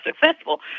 successful